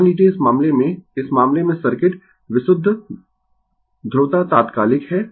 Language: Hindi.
मान लीजिए इस मामले में इस मामले में सर्किट विशुद्ध ध्रुवता तात्कालिक है